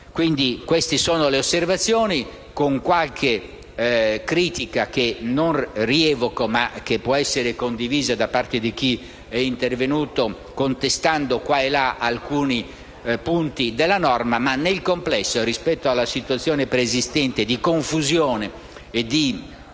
Queste sono le mie osservazioni. Al di là di qualche critica, che non rievoco ma che può essere condivisa da parte di chi è intervenuto contestando qua e là alcuni punti della norma, nel complesso e rispetto alla situazione preesistente di confusione e di